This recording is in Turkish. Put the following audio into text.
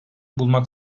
bulmak